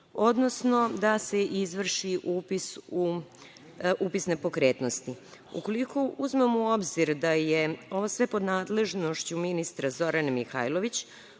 odnosno da se izvrši upis nepokretnosti. Ukoliko uzmemo u obzir da je ovo sve pod nadležnošću ministra Zorane Mihajlović,